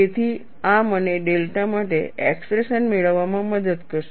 તેથી આ મને ડેલ્ટા માટે એક્સપ્રેશન મેળવવામાં મદદ કરશે